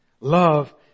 Love